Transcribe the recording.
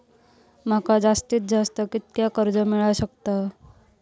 माका जास्तीत जास्त कितक्या कर्ज मेलाक शकता?